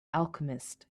alchemist